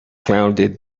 founded